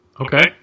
Okay